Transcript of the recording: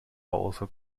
also